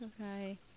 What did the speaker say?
okay